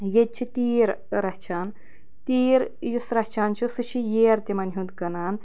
ییٚتہِ چھِ تیٖر رَچھان تیٖر یُس رَچھان چھُ سُہ چھُ ییر تِمَن ہُنٛد کٕنان